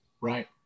right